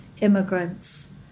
immigrants